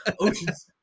oceans